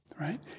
Right